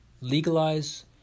legalize